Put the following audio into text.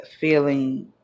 feeling